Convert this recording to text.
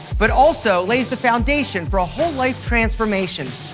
but also lays the foundation for a whole life transformation.